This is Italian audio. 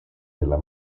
della